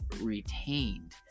retained